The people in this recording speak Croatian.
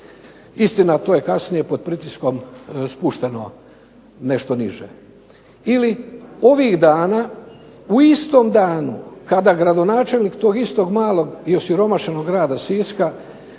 Istina to je kasnije pod pritiskom spušteno nešto niže. Ili ovih dana u istom danu kada gradonačelnik tog istog malog i osiromašenog grada Siska